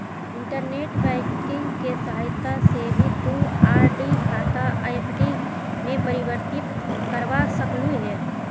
internet banking की सहायता से भी तु आर.डी खाता एफ.डी में परिवर्तित करवा सकलू हे